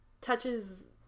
touches